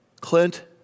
Clint